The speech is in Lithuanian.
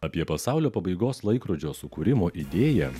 apie pasaulio pabaigos laikrodžio sukūrimo idėją